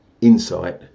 insight